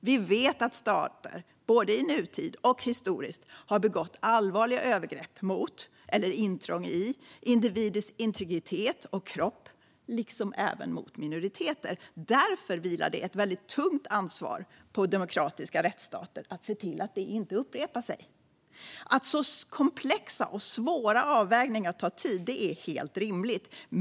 Vi vet att stater, både i nutid och historiskt, har begått allvarliga övergrepp mot eller intrång i individers integritet och kropp liksom mot minoriteter. Därför vilar det ett tungt ansvar på demokratiska rättsstater att se till att det inte upprepas. Att så komplexa och svåra avvägningar tar tid är helt rimligt.